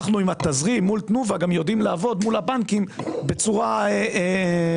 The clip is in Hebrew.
אנחנו עם התזרים מול תנובה יודעים לעבוד מול הבנקים בצורה אחרת.